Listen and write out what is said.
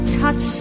touch